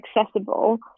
accessible